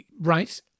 right